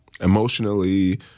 Emotionally